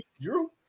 Drew